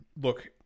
look